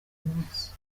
munsi